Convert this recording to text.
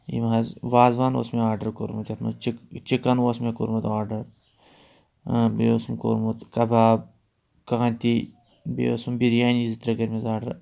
یِم حظ وازوان اوس مےٚ آرڈَر کوٚرمُت یَتھ منٛز چِک چِکَن اوس مےٚ کوٚرمُت آرڈَر بیٚیہِ اوسُم کوٚرمُت کَباب کانتی بیٚیہِ اوسُم بِریانی زٕ ترٛےٚ کٔرمٕژ آرڈَر